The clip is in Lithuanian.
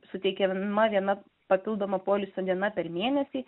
suteikiama viena papildoma poilsio diena per mėnesį